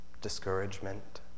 Discouragement